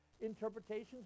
interpretations